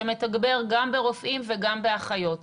שמתגבר גם ברופאים וגם באחיות.